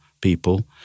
people